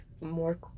more